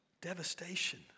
devastation